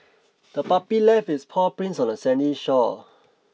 the puppy left its paw prints on the sandy shore